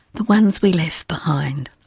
the ones we left behind.